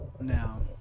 Now